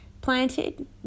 Planted